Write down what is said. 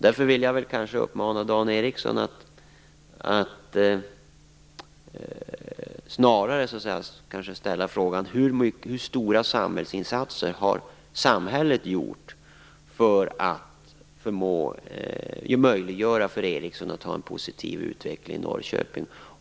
Därför vill jag uppmana Dan Ericsson att snarare ställa frågan: Hur stora insatser har samhället gjort för att möjliggöra för Ericsson att ha en positiv utveckling i Norrköping?